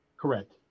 Correct